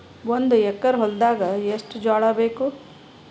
ಒಂದು ಎಕರ ಹೊಲದಾಗ ಎಷ್ಟು ಜೋಳಾಬೇಕು?